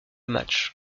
match